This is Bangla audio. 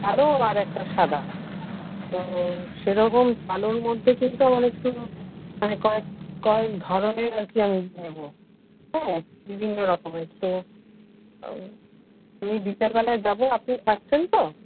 কালো আর একটা সাদা তো সেরকম কালোর মধ্যে কিন্তু আবার একটু মানে কয়েক কয়েক ধরনের আর কি আমি নেবো হ্যাঁ বিভিন্ন রকমের তো আমি বিকালবেলায় যাবো আপনি থাকছেন তো